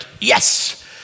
yes